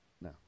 No